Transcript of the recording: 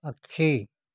पक्षी